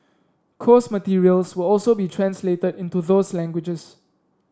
course materials will also be translated into those languages